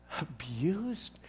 abused